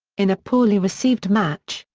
in a poorly received match,